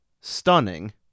Stunning